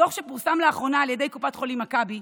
בדוח שפורסם לאחרונה על ידי קופת חולים מכבי,